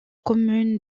commune